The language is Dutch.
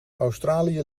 australië